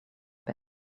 bed